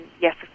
yes